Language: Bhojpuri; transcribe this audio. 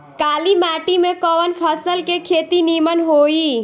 काली माटी में कवन फसल के खेती नीमन होई?